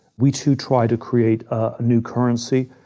we, too, tried to create a new currency.